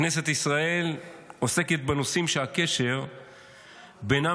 כנסת ישראל עוסקת בנושאים שהקשר בינם